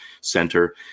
center